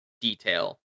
detail